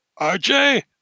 RJ